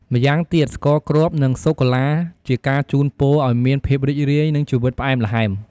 ម្យ៉ាងទៀតស្ករគ្រាប់ និងសូកូឡាជាការជូនពរឱ្យមានភាពរីករាយ និងជីវិតផ្អែមល្ហែម។